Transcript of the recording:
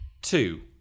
Two